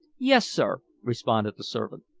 yes, sir, responded the servant.